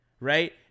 right